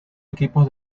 equipos